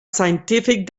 scientific